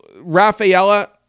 Rafaela